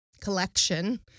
collection